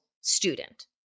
student